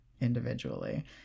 individually